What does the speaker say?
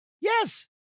Yes